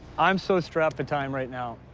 i'm so strapped for time right now,